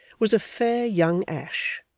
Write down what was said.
was a fair young ash,